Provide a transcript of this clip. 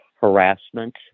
harassment